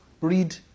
read